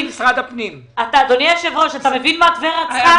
אתה מבין מה טבריה צריכה?